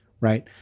right